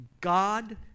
God